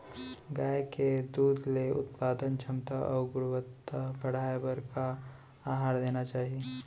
गाय के दूध के उत्पादन क्षमता अऊ गुणवत्ता बढ़ाये बर का आहार देना चाही?